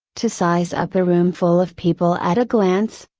to size up a roomful of people at a glance,